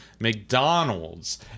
McDonald's